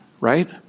right